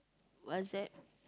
what's that